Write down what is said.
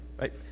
Right